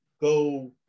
go